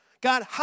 God